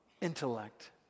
intellect